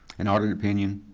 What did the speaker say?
an audit opinion?